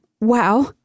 wow